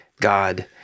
God